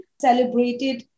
celebrated